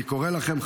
אני קורא לכם,